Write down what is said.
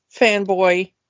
fanboy